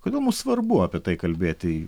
kodėl mus svarbu apie tai kalbėti